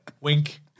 Wink